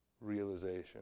realization